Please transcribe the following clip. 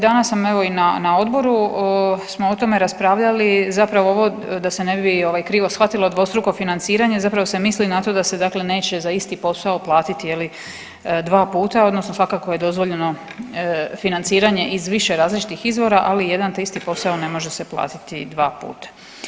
Danas sam evo i na, na odboru smo o tome raspravljali, zapravo ovo da se ne bi ovaj krivo shvatilo dvostruko financiranje zapravo se misli na to da se dakle neće za isti posao platiti je li dva puta odnosno svakako je dozvoljeno financiranje iz više različitih izvora, ali jedan te isti posao ne može se platiti dva puta.